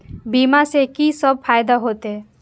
बीमा से की सब फायदा होते?